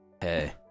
Hey